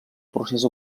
procés